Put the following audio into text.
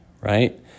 right